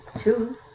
two